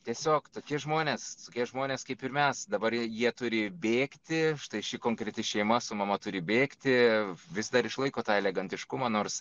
tiesiog tokie žmonės tokie žmonės kaip ir mes dabar jie turi bėgti štai ši konkreti šeima su mama turi bėgti vis dar išlaiko tą elegantiškumą nors